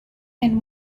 and